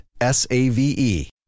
S-A-V-E